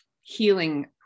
healing